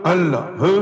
Allah